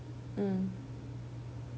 mm